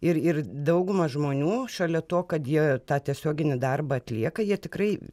ir ir dauguma žmonių šalia to kad jie tą tiesioginį darbą atlieka jie tikrai